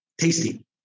tasty